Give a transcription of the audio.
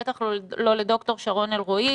בטח לא לד"ר שרון אלרעי,